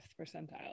percentile